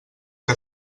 que